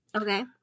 Okay